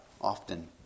often